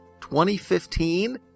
2015